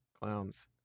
clowns